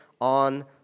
on